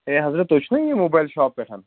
ہے حضرت تُہۍ چھُو نا یہِ موبایل شاپ پٮ۪ٹھ